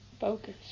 Focus